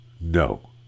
No